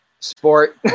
Sport